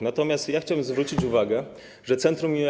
Natomiast ja chciałem zwrócić uwagę, że Centrum im.